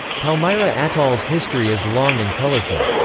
palmyra atoll's history is long and colorful.